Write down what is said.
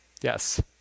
Yes